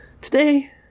Today